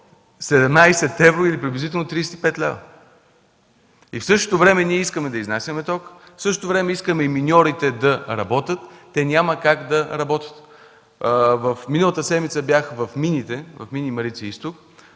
17 евро или приблизително 35 лв. И в същото време ние искаме да изнасяме ток, в същото време искаме миньорите да работят. Те няма как да работят. Миналата седмица бях в мини „Марица Изток”.